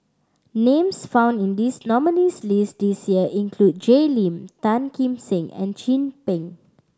names found in this nominees' list this year include Jay Lim Tan Kim Seng and Chin Peng